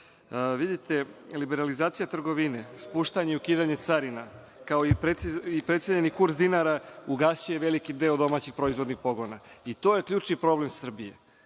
desiti. Vidite liberalizacija trgovine, spuštanje, ukidanje carina, kao i precenjeni kurs dinara ugasiće i veliki deo domaćih proizvodnih pogona. To je ključni problem Srbije.